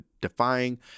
defying